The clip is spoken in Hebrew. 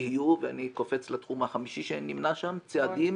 יהיו ואני קופץ לתחום החמישי שנמנה שם צעדים